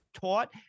taught